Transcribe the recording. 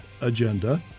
agenda